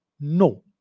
No